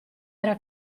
era